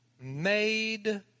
made